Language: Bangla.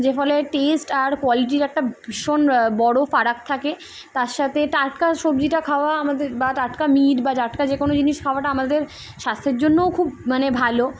যে ফলে টেস্ট আর কোয়ালিটির একটা ভীষণ বড়ো ফারাক থাকে তার সাথে টাটকা সবজিটা খাওয়া আমাদের বা টাটকা মিট বা টাটকা যে কোনো জিনিস খাওয়াটা আমাদের স্বাস্থ্যের জন্যও খুব মানে ভালো